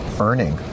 earning